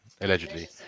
allegedly